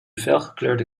felgekleurde